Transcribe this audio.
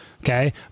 okay